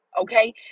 okay